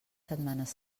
setmanes